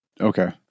Okay